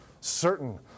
certain